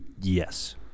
Yes